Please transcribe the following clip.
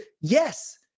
yes